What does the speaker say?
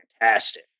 fantastic